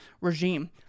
regime